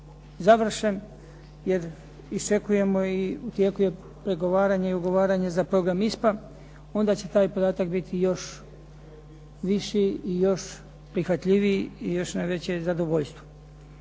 završen jer iščekujemo i u tijeku je pregovaranje i ugovaranje za program ISPA onda će taj podatak biti još više i još prihvatljiviji i još na veće zadovoljstvo.